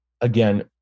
Again